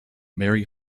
mary